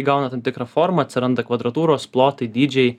įgauna tam tikrą formą atsiranda kvadratūros plotai dydžiai